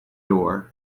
door